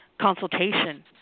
consultation